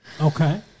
Okay